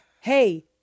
Hey